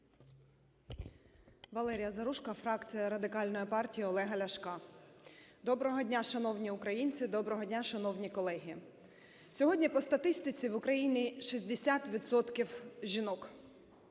Валерія Заружко, фракція Радикальної партії Олега Ляшка. Доброго дня, шановні українці, доброго дня шановні колеги! Сьогодні по статистиці в Україні 60